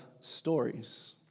stories